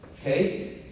okay